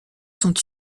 sont